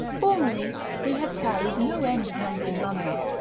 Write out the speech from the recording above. formerly, he had carried no end of mental lumber.